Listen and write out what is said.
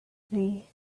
knee